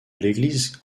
l’église